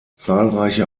zahlreiche